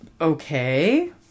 Okay